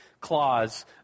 clause